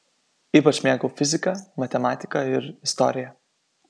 ypač mėgau fiziką matematiką ir istoriją